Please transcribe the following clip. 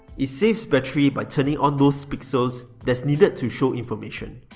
it saves battery by turning on those pixels that's needed to show information.